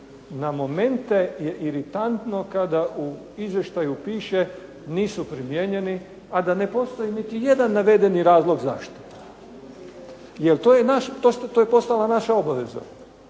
na momente je iritantno kada u Izvještaju piše nisu primijenjeni a da ne postoji ni jedan navedeni razlog zašto. To je postala naša obaveza